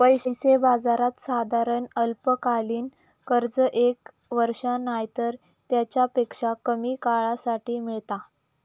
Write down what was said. पैसा बाजारात साधारण अल्पकालीन कर्ज एक वर्ष नायतर तेच्यापेक्षा कमी काळासाठी मेळता